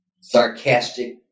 sarcastic